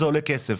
זה עולה כסף.